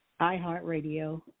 iHeartRadio